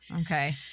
Okay